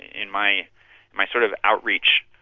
in my my sort of outreach,